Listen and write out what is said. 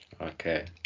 Okay